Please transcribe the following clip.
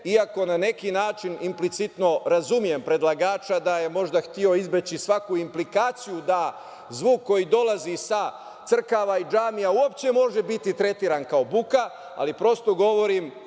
iako na neki način implicitno razumem predlagača da je možda hteo izbeći svaku implikaciju da zvuk koji dolazi sa crkava i džamija uopšte može biti tretiran kao buka, ali prosto govorim